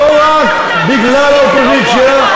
לא רק בגלל האופוזיציה,